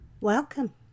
Welcome